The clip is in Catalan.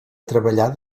treballar